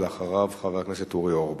אחריו, חבר הכנסת אורי אורבך.